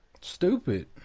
Stupid